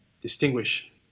distinguish